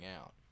out